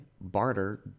barter